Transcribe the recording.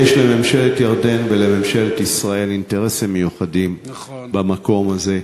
כי יש לממשלת ירדן ולממשלת ישראל אינטרסים מיוחדים במקום הזה.